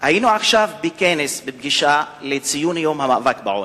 היינו עכשיו בכנס, בפגישה לציון יום המאבק בעוני,